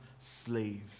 slave